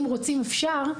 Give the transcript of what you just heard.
אם רוצים אז אפשר,